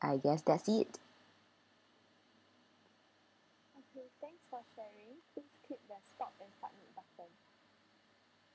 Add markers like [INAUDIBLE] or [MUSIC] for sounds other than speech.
I guess that's it [NOISE]